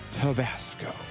Tabasco